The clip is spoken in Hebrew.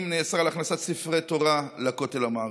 נאסר על הכנסת ספרי תורה לכותל המערבי,